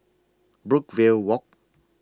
Brookvale Walk